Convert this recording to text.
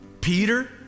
Peter